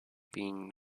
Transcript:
being